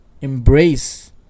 embrace